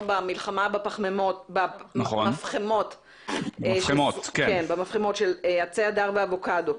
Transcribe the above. במלחמה במפחמות של עצי הדר ואבוקדו,